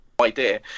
idea